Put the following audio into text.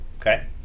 Okay